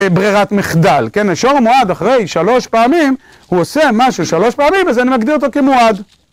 ברירת מחדל, כן? שור מועד אחרי שלוש פעמים... הוא עושה משהו שלוש פעמים, אז אני מגדיר אותו כמועד.